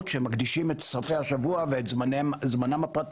שמקדישים את סופי השבוע וכמעט את כל זמנם הפרטי